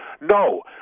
No